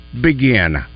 begin